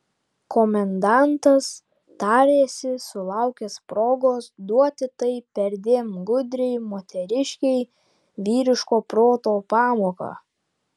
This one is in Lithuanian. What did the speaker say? komendantas tarėsi sulaukęs progos duoti tai perdėm gudriai moteriškei vyriško proto pamoką